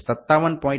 8973 થી 57